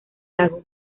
lago